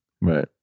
right